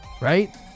right